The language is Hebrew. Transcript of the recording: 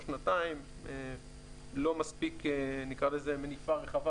או שנתיים לא מספיק נקרא לזה מניפה רחבה